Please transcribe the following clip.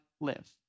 live